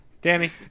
Danny